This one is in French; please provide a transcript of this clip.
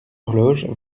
horloge